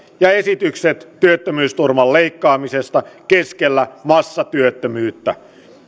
ja esitykset työttömyysturvan leikkaamisesta keskellä massatyöttömyyttä